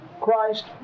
Christ